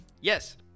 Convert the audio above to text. Yes